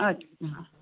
आं आं